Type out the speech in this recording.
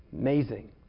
Amazing